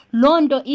londo